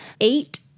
eight